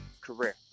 career